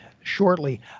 shortly